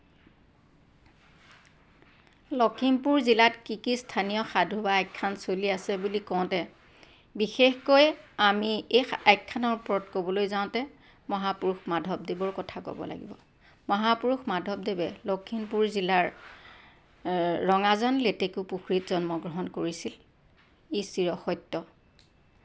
লখিমপুৰ জিলাত কি কি স্থানীয় সাধু বা আখ্যান চলি আছে বুলি কওঁতে বিশেষকৈ আমি এই আখ্যানৰ ওপৰত ক'বলৈ যাওঁতে মহাপুৰুষ মাধৱদেৱৰ কথা ক'ব লাগিব মহাপুৰুষ মাধৱদেৱে লখিমপুৰ জিলাৰ ৰঙাজান লেটেকুপুখুৰীত জন্মগ্ৰহণ কৰিছিল ই চিৰ সত্য